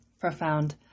profound